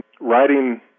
writing